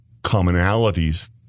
commonalities